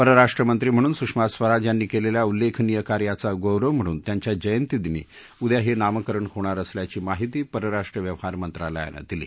परराष्ट्र मंत्री म्हणून सुषमा स्वराज यांनी केलेल्या उल्लेखनीय कार्याचा गौरव म्हणून त्यांच्या जयंतीदिनी उद्या हे नामकरण होणार असल्याची माहिती परराष्ट्र व्यवहार मंत्रालयानं दिली